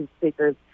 speakers